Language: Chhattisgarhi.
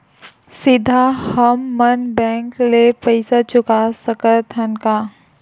सीधा हम मन बैंक ले पईसा चुका सकत हन का?